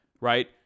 right